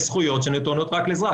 יש זכויות שנתונות רק לאזרח.